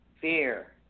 Fear